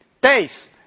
days